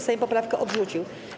Sejm poprawkę odrzucił.